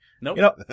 Nope